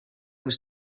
was